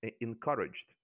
encouraged